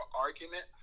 argument